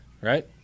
right